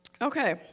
Okay